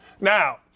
Now